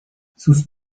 sus